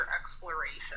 exploration